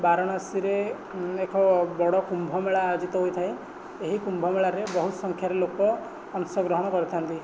ବାରଣାସୀରେ ଏକ ବଡ଼ କୁମ୍ଭ ମେଳା ଆୟୋଜିତ ହୋଇଥାଏ ଏହି କୁମ୍ଭମେଳାରେ ବହୁତ ସଂଖ୍ୟାରେ ଲୋକ ଅଂଶ ଗ୍ରହଣ କରିଥାନ୍ତି